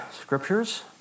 scriptures